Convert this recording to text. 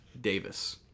Davis